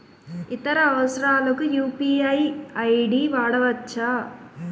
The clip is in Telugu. ఇతర అవసరాలకు యు.పి.ఐ ఐ.డి వాడవచ్చా?